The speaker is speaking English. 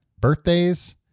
birthdays